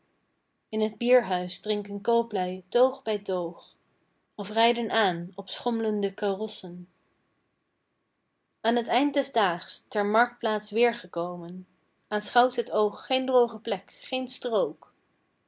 in t bierhuis drinken kooplui toog bij toog of rijden aan op schomlende karossen aan t eind des daags ter marktplaats weergekomen aanschouwt het oog geen droge plek geen strook